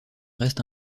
restent